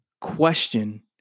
question